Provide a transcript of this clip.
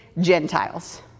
Gentiles